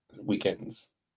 weekends